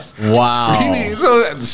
Wow